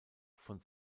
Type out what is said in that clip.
von